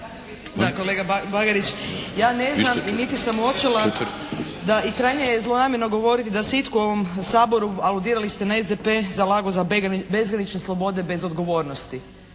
kolega Bagarić. Ja ne znam niti sam uočila da i krajnje je zlonamjerno govoriti da se nitko u ovom Saboru, aludirali ste na SDP zalagao na bezgranične slobode bez odgovornosti.